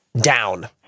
down